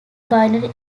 binary